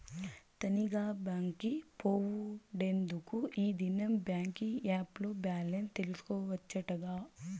తనీగా బాంకి పోవుడెందుకూ, ఈ దినం బాంకీ ఏప్ ల్లో బాలెన్స్ తెల్సుకోవచ్చటగా